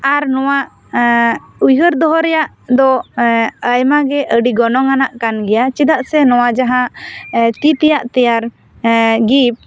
ᱟᱨ ᱱᱚᱣᱟ ᱩᱭᱦᱟᱹᱨ ᱫᱚᱦᱚ ᱨᱮᱱᱟᱜ ᱫᱚ ᱟᱭᱢᱟ ᱜᱮ ᱟᱹᱰᱤ ᱜᱚᱱᱚᱝ ᱟᱱᱟᱜ ᱠᱟᱱ ᱜᱮᱭᱟ ᱪᱮᱫᱟᱜ ᱥᱮ ᱱᱚᱣᱟ ᱡᱟᱦᱟ ᱛᱤ ᱛᱮᱭᱟᱜ ᱛᱮᱭᱟᱨ ᱜᱤᱯᱷᱴ